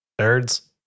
Nerds